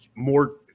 more